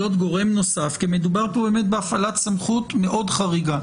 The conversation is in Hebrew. גורם נוסף כי מדובר כאן בהפעלת סמכות מאוד חריגה.